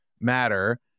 matter